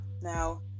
Now